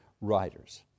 writers